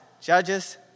Judges